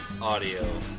Audio